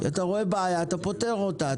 אתה רואה בעיה אתה פותר אותה.